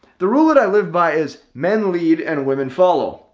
the rule that i live by is men lead and women follow.